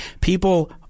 people